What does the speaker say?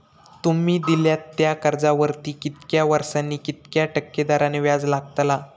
तुमि दिल्यात त्या कर्जावरती कितक्या वर्सानी कितक्या टक्के दराने व्याज लागतला?